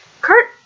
Kurt